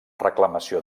reclamació